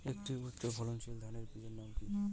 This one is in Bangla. একটি উচ্চ ফলনশীল ধানের বীজের নাম কী?